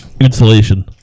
insulation